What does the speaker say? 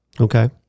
Okay